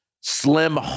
slim